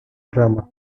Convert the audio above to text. drama